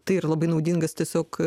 tai ir labai naudingas tiesiog